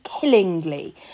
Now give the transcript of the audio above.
Killingly